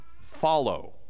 follow